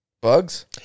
Bugs